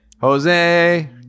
Jose